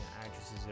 actresses